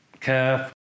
care